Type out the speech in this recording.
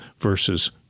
versus